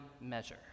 measure